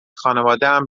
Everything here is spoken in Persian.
خانوادهام